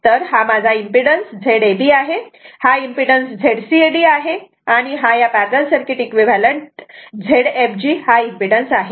तर हा माझा इम्पेडन्स Z ab आहे हा इम्पेडन्स Z cd आहे आणि हा या पॅरलल सर्किट इक्विव्हॅलंट Zfg हा इम्पेडन्स आहे